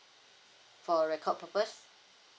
for record purpose